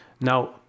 Now